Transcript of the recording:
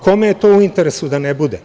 Kome je to u interesu da ne bude?